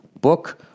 Book